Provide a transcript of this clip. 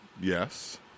Yes